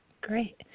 Great